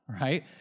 Right